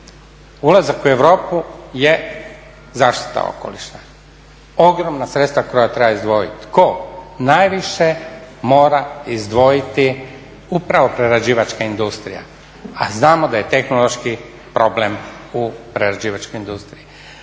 Ulazak u Europu je zaštita okoliša. Ogromna sredstva koja treba izdvojiti tko? Najviše mora izdvojiti upravo prerađivačka industrija, a znamo da je tehnološki problem u prerađivačkoj industriji.